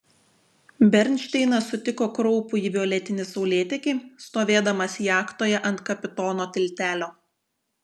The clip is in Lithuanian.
bernšteinas sutiko kraupųjį violetinį saulėtekį stovėdamas jachtoje ant kapitono tiltelio